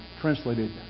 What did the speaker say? translated